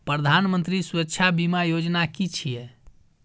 प्रधानमंत्री सुरक्षा बीमा योजना कि छिए?